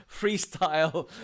freestyle